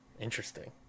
interesting